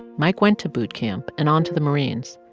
mike went to boot camp and on to the marines.